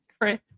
Chris